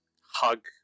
hug